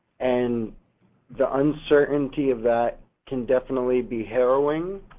and the uncertainty of that can definitely be harrowing